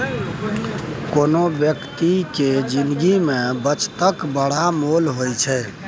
कोनो बेकती केर जिनगी मे बचतक बड़ मोल होइ छै